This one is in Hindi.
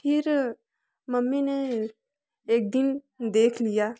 फिर मम्मी ने एक दिन देख लिया